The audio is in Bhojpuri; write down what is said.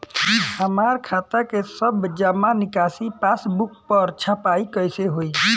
हमार खाता के सब जमा निकासी पासबुक पर छपाई कैसे होई?